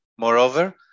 Moreover